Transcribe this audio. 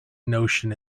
notion